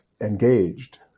engaged